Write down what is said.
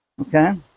okay